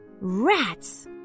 Rats